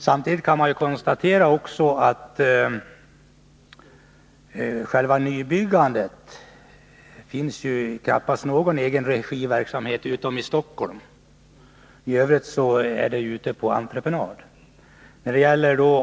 Samtidigt kan man konstatera att inom nybyggandet finns det knappast någon egenregiverksamhet utom i Stockholm.